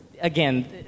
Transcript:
Again